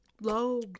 low